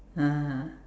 (uh huh)